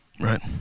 Right